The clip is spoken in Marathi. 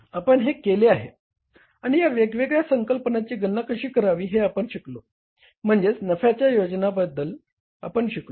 आणि आपण हे केले आहे आणि या वेगवेगळ्या संकल्पनांची गणना कशी करावी हे आपण शिकलो म्हणजे नफ्याच्या नियोजनाबद्दल आपण शिकलो